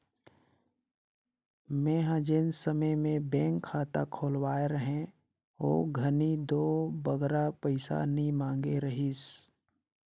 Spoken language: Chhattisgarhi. मेंहा जेन समे में बेंक खाता खोलवाए रहें ओ घनी दो बगरा पइसा नी मांगे रहिस